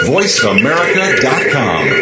VoiceAmerica.com